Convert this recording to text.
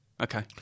Okay